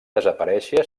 desaparèixer